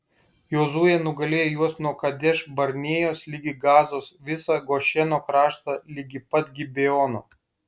jozuė nugalėjo juos nuo kadeš barnėjos ligi gazos visą gošeno kraštą ligi pat gibeono